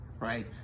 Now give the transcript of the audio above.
right